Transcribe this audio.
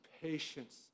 patience